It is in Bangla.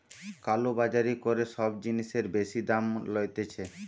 কালো বাজারি করে সব জিনিসের বেশি দাম লইতেছে